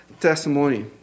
testimony